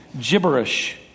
gibberish